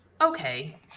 okay